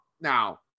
Now